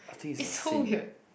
is so weird